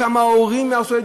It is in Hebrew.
כמה הורים ייהרסו,